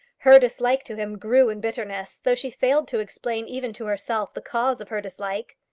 her dislike to him grew in bitterness, though she failed to explain even to herself the cause of her dislike.